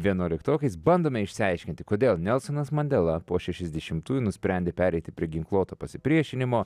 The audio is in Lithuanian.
vienuoliktokais bandome išsiaiškinti kodėl nelsonas mandela po šešiasdešimtųjų nusprendė pereiti prie ginkluoto pasipriešinimo